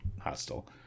hostile